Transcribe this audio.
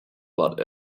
but